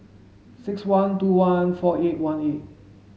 six one two one four eight one eight